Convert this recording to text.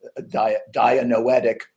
dianoetic